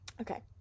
okay